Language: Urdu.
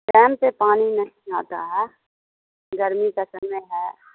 ٹائم پہ پانی نہیں آتا ہے گرمی کا سمے ہے